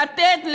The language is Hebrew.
לתת להם.